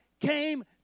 came